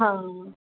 हा